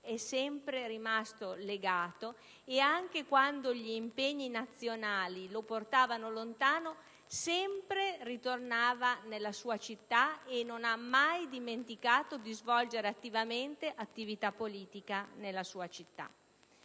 è sempre rimasto legato e anche quando gli impegni nazionali lo portavano lontano, sempre ritornava nella sua città, senza mai dimenticarsi di svolgere attivamente attività politica nella sua città